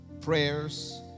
prayers